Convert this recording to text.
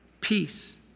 peace